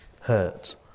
hurt